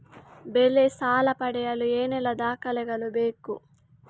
ಬೆಳೆ ಸಾಲ ಪಡೆಯಲು ಏನೆಲ್ಲಾ ದಾಖಲೆಗಳು ಬೇಕು?